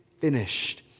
finished